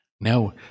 now